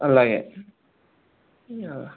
అలాగే